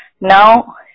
Now